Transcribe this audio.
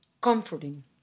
comforting